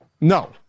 No